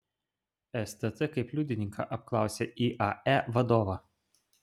stt kaip liudininką apklausė iae vadovą